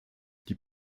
die